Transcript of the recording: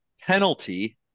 penalty